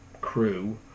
crew